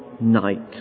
night